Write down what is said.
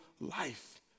life